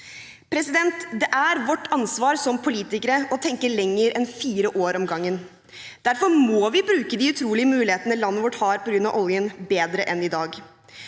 fremtiden. Det er vårt ansvar som politikere å tenke lenger enn fire år om gangen. Derfor må vi bruke de utrolige mulighetene landet vårt har på grunn av oljen, bedre enn i dag.